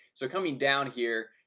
so coming down here